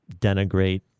denigrate